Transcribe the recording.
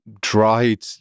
dried